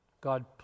God